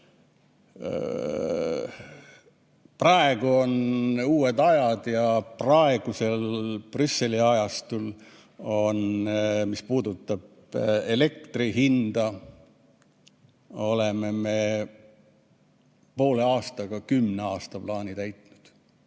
Praegu on uued ajad ja praegusel Brüsseli-ajastul oleme, mis puudutab elektri hinda, poole aastaga kümne aasta plaani täitnud,